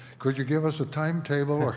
could you give us a timetable?